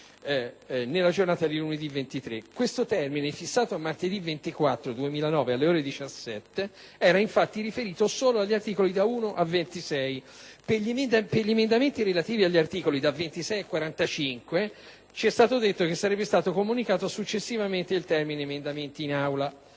Questo termine, fissato per martedì 24 febbraio 2009, alle ore 17, era infatti riferito solo agli articoli da 1 a 26; quello per gli emendamenti relativi agli articoli da 26 a 45 ci è stato detto che sarebbe stato comunicato successivamente. Mi rendo conto che